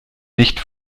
nicht